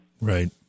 Right